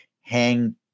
hang